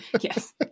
Yes